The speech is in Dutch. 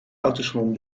autosalon